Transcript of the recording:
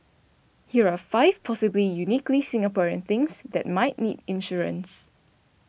here are five possible uniquely Singaporean things that might need insurance